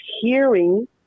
hearing